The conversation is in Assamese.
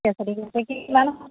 ঠিকে আছে ঠিকে আছে কিমান